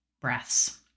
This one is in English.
breaths